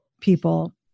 people